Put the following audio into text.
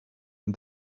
and